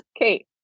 Kate